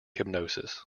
hypnosis